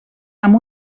amb